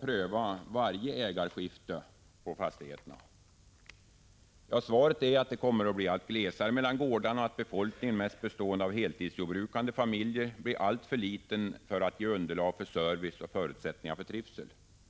pröva ägarskiften på alla fastigheter? Svaret är att det kommer att bli allt glesare mellan gårdarna och att befolkningen som till största delen består av heltidsjordbrukande familjer blir alltför liten för att ge underlag för service och förutsättningarna för trivsel.